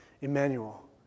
Emmanuel